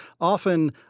often